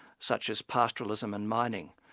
such as pastoralism and mining,